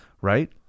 right